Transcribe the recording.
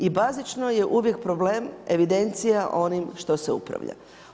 I bazično je uvijek problem, evidencija o onom što se upravlja.